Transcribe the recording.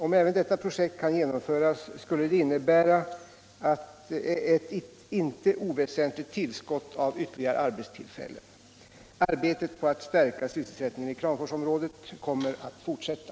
Om även detta projekt kan genomföras skulle det innebära ett inte oväsentligt tillskott av ytterligare arbetstillfällen. Arbetet på att stärka sysselsättningen i Kramforsområdet kommer att fortsätta.